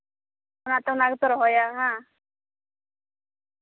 ᱚᱱᱟᱛᱮ ᱚᱱᱟ ᱜᱮᱯᱮ ᱨᱚᱦᱚᱭᱟ ᱵᱟᱝ